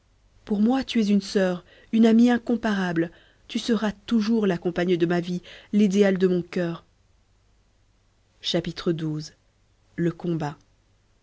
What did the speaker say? pour moi tu es une soeur une amie incomparable tu seras toujours la compagne de ma vie l'idéal de mon coeur xii le combat